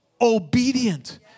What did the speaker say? obedient